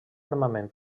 armament